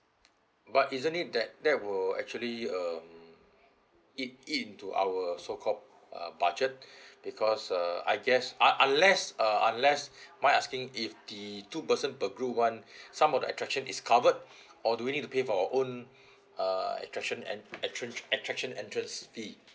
but isn't it that there will actually um it it into our so called budget because uh I guess un~ unless uh unless mind asking if the two person per group [one] some of the attraction is covered or do we need to pay for own uh attraction en~ en~ attraction entrance fee